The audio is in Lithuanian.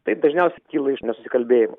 tai dažniausiai kyla iš nesusikalbėjimų